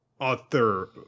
author